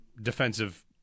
defensive